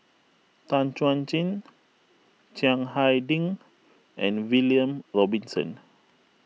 Tan Chuan Jin Chiang Hai Ding and William Robinson